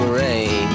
rain